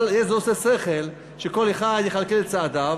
אבל לי זה עושה שכל שכל אחד יכלכל את צעדיו,